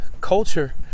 culture